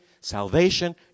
salvation